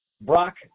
Brock